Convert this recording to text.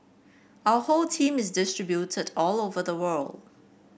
our whole team is distributed all over the world